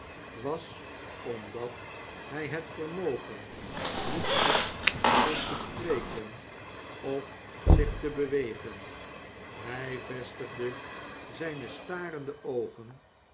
was omdat hij het vermogen niet had om te spreken of zich te bewegen hij vestigde zijne starende oogen